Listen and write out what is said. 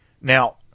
Now